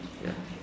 ya